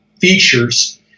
features